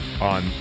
on